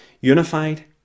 unified